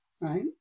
right